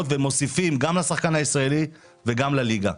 והם מוסיפים גם לשחקן הישראלי וגם לליגה.